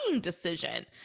decision